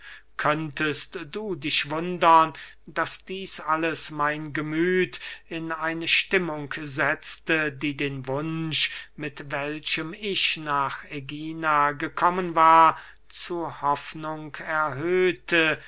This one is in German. könntest du dich wundern daß dieß alles mein gemüth in eine stimmung setzte die den wunsch mit welchem ich nach ägina gekommen war zu hoffnung erhöhte